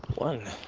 one,